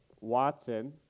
Watson